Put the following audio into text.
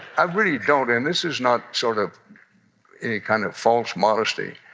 i really don't. and this is not sort of any kind of false modesty.